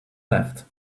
left